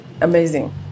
Amazing